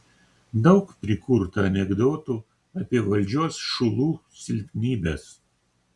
daug prikurta anekdotų apie valdžios šulų silpnybes